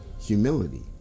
humility